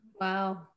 Wow